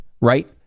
right